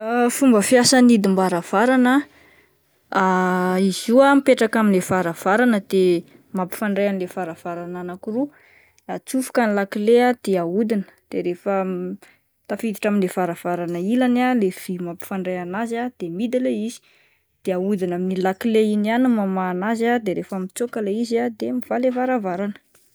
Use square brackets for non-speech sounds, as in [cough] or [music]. [hesitation] Fomba fiasan'ny hidim-baravarana [hesitation] izy io ah mipetraka amin'ilay varavarana de mampifandray anle varavarana anakiroa, atsofoka ny lakile de ahodina de rehefa [hesitation] tafiditra amin'ny varavarana ilany ah le vy mampifandray anazy ah de midy ilay izy, de ahodina amin'iny lakile iny ihany ny mamaha anazy ah de rehefa mitsaoka ilay izy ah de mivaha ilay varavarana. [noise]